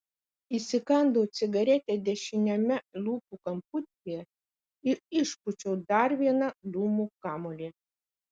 įsikandau cigaretę dešiniame lūpų kamputyje ir išpūčiau dar vieną dūmų kamuolį